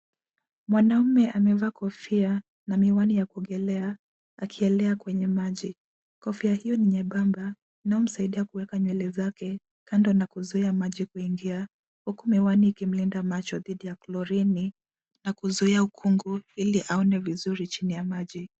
Mwanaume amevaa kofia na miwani ya kuogelea akielea kwenye maji. Kofia hiyo ni nyembemba inayomsaidia kuweka nywele zake kando na kuzuia maji kuingia huku miwani ikimlinda macho thidi ya chlorini na kuzuuia ukungu ili aone vizuri chini ya maji.